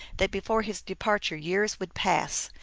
that be fore his departure years would pass,